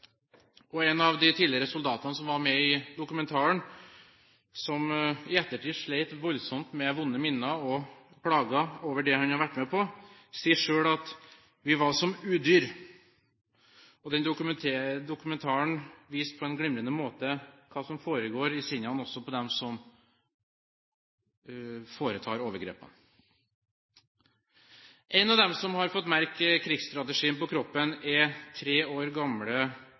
krigsvåpen. En av de tidligere soldatene som var med i dokumentaren, som i ettertid slet voldsomt med vonde minner og plager etter det han hadde vært med på, sa selv at vi var som udyr. Den dokumentaren viste på en glimrende måte hva som foregår i sinnet også hos dem som foretar overgrepene. En av dem som har fått merke krigsstrategien på kroppen, er tre år gamle